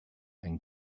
and